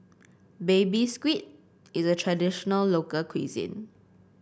Baby Squid is a traditional local cuisine